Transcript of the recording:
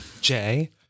Jay